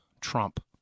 Trump